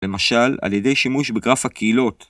‫למשל, על ידי שימוש בגרף הקהילות.